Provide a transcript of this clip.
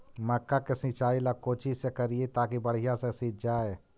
मक्का के सिंचाई ला कोची से करिए ताकी बढ़िया से सींच जाय?